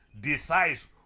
Decides